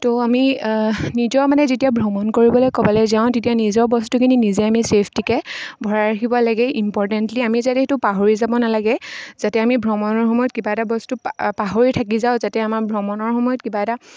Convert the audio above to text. তো আমি নিজৰ মানে যেতিয়া ভ্ৰমণ কৰিবলৈ ক'ৰবালৈ যাওঁ তেতিয়া নিজৰ বস্তুখিনি নিজে আমি ছেফটিকৈ ভৰাই ৰাখিব লাগে ইম্পৰ্টেণ্টলি আমি যাতে সেইটো পাহৰি যাব নালাগে যাতে আমি ভ্ৰমণৰ সময়ত কিবা এটা বস্তু পা পাহৰি থাকি যাওঁ যাতে আমাৰ ভ্ৰমণৰ সময়ত কিবা এটা